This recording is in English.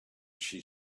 she